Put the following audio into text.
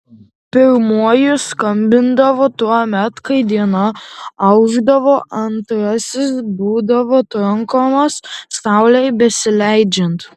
pirmuoju skambindavo tuomet kai diena aušdavo antrasis buvo trankomas saulei besileidžiant